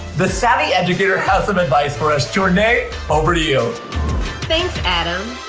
the savvy educator has some advice for us. jornea, over to thanks adam.